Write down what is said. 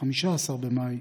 15 במאי,